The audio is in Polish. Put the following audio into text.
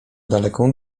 daleką